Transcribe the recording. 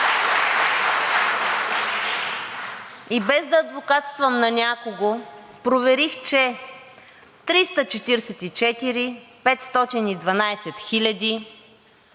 И без да адвокатствам на някого, проверих, че 344 512 хиляди